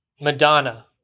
Madonna